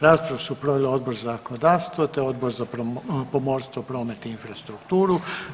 Raspravu su proveli Odbor za zakonodavstvo, te Odbor za pomorstvo, promet i infrastrukturu.